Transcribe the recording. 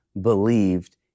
believed